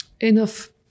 enough